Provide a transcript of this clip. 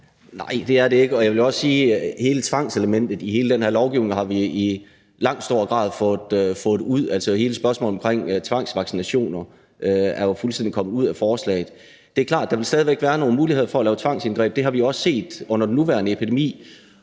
Nej, det er det ikke, og jeg vil også sige, at hele tvangselementet i den her lovgivning har vi i høj grad fået ud. Altså, hele spørgsmålet omkring tvangsvaccinationer er jo fuldstændig kommet ud af forslaget. Det er klart, at der stadig væk vil være nogle muligheder for at lave tvangsindgreb. Det har vi også set under den nuværende epidemi.